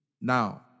Now